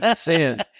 sin